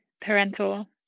parental